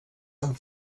amb